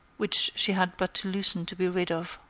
which she had but to loosen to be rid of.